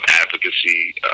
advocacy